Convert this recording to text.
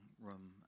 room